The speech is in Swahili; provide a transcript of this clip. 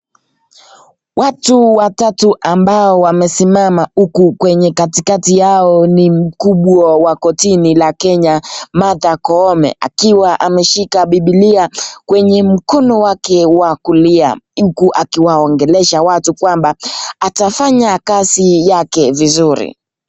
Watu watatu ambao wamesimama huku, kwenye katikati yao ni mkuu wa kortini la Kenya, Martha Koome, akiwa ameshika Biblia kwenye mkono wake wa kulia huku akiwaongelesha watu kwamba atafanya kazi yake vizuri.